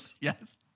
Yes